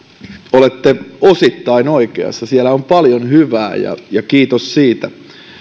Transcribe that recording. olette osittain oikeassa siellä on paljon hyvää ja ja kiitos siitä